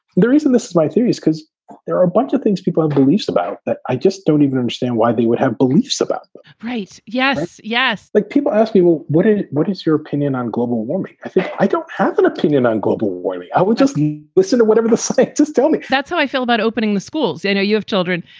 the reason this is my theory is because there are a bunch of things people have beliefs about, but i just don't even understand why they would have beliefs about race yes. yes like people ask me, well, what ah what is your opinion on global warming? i think i don't have an opinion on global warming. i would just listen to whatever the scientists tell me that's how i feel about opening the schools. i know you have children.